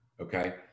okay